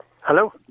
Hello